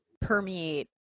permeate